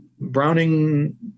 Browning